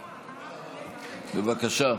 בבקשה.